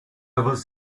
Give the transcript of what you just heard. was